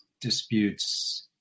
disputes